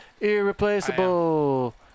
irreplaceable